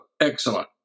excellent